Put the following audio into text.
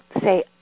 Say